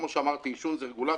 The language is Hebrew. כפי שאמרתי: עישון זה רגולציה,